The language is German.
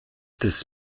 des